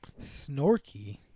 Snorky